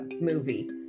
movie